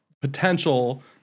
potential